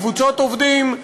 קבוצות עובדים,